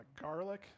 garlic